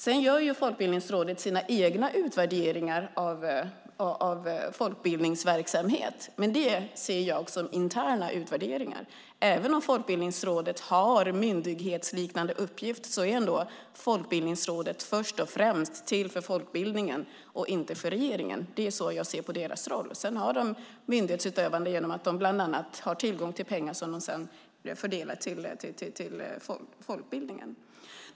Sedan gör Folkbildningsrådet egna utvärderingar av folkbildningsverksamhet, men det ser jag som interna utvärderingar. Även om Folkbildningsrådet har en myndighetsliknande uppgift är Folkbildningsrådet först och främst till för folkbildningen och inte för regeringen. Det är så jag ser på rådets roll. Sedan blir det fråga om myndighetsutövande genom att rådet bland annat har tillgång till pengar som sedan fördelas till folkbildningen.